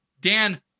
Dan